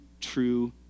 true